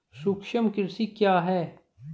सूक्ष्म कृषि क्या है?